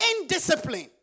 indiscipline